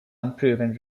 unproven